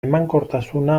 emankortasuna